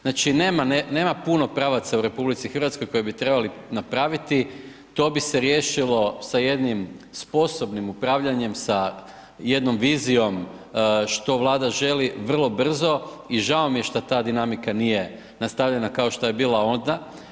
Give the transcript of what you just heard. Znači nema puno pravaca u RH koji bi trebali napraviti, to bi se riješilo sa jednim sposobnim upravljanjem, sa jednom vizijom što vlada želi vrlo brzo i žao mi je što ta dinamika nije nastavljena kao što je bila onda.